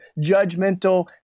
judgmental